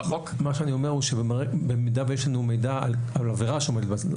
אני אומר שבמידה ויש לנו מידע על עבירה שעומדת להתבצע.